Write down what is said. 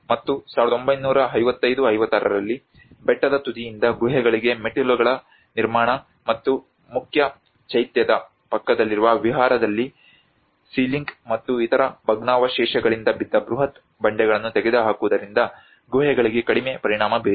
ಮತ್ತು 1955 56ರಲ್ಲಿ ಬೆಟ್ಟದ ತುದಿಯಿಂದ ಗುಹೆಗಳಿಗೆ ಮೆಟ್ಟಿಲುಗಳ ನಿರ್ಮಾಣ ಮತ್ತು ಮುಖ್ಯ ಚೈತ್ಯದ ಪಕ್ಕದಲ್ಲಿರುವ ವಿಹಾರದಲ್ಲಿ ಸೀಲಿಂಗ್ ಮತ್ತು ಇತರ ಭಗ್ನಾವಶೇಷಗಳಿಂದ ಬಿದ್ದ ಬೃಹತ್ ಬಂಡೆಗಳನ್ನು ತೆಗೆದುಹಾಕುವುದರಿಂದ ಗುಹೆಗಳಿಗೆ ಕಡಿಮೆ ಪರಿಣಾಮ ಬೀರಿತು